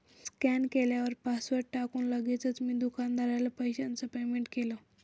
scan केल्यावर password टाकून लगेचच मी दुकानदाराला पैशाचं पेमेंट केलं